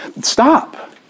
stop